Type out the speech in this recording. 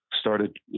started